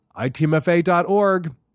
itmfa.org